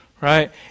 right